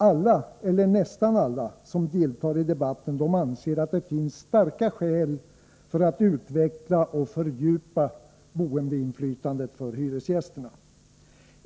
Alla, eller nästan alla, som deltar i debatten anser att det finns starka skäl för att utveckla och fördjupa boendeinflytandet för hyresgästerna.